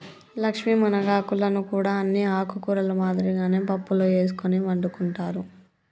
లక్ష్మీ మునగాకులను కూడా అన్ని ఆకుకూరల మాదిరిగానే పప్పులో ఎసుకొని వండుకుంటారు